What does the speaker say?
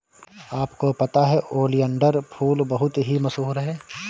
आपको पता है ओलियंडर फूल बहुत ही मशहूर है